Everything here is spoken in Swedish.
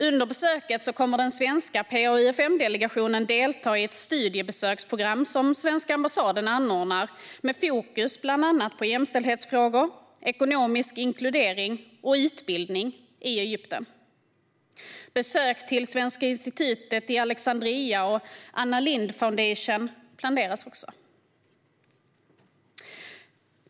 Under besöket kommer den svenska PA-UfM-delegationen att delta i ett studiebesöksprogram som svenska ambassaden anordnar med fokus på bland annat jämställdhetsfrågor, ekonomisk inkludering och utbildning i Egypten. Besök på Svenska institutet i Alexandria och Anna Lindh Foundation planeras också.